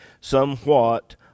somewhat